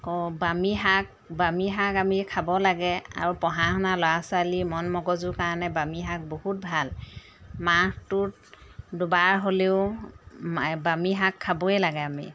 কওঁ ব্ৰাহ্মী শাক ব্ৰাহ্মী শাক আমি খাব লাগে আৰু পঢ়া শুনা ল'ৰা ছোৱালী মন মগজুৰ কাৰণে ব্ৰাহ্মী শাক বহুত ভাল মাহটোত দুবাৰ হ'লেও ব্ৰাহ্মী শাক খাবই লাগে আমি